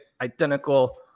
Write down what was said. identical